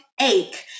ache